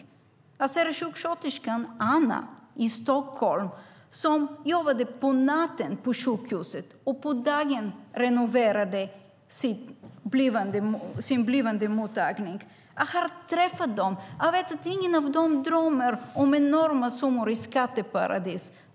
Jag ser sjuksköterskan Anna i Stockholm, som jobbade på sjukhuset på natten och på dagen renoverade sin blivande mottagning. Jag har träffat dem, och jag vet att ingen av dem drömmer om enorma summor i skatteparadis.